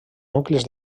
nuclis